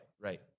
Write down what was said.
right